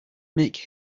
make